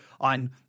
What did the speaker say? on